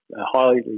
highly